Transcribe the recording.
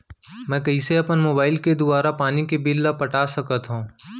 मैं कइसे अपन मोबाइल के दुवारा पानी के बिल ल पटा सकथव?